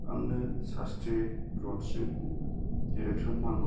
आंनो सास्थ्रि रडसिम डिरेक्सन नांगौ